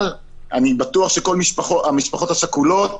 אני בטוח שכל המשפחות השכולות